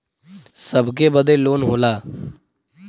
सबके बदे लोन होला